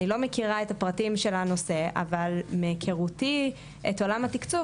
אני לא מכירה את הפרטים של הנושא אבל מהיכרותי את עולם התקצוב,